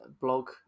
blog